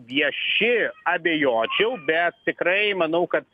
vieši abejočiau bet tikrai manau kad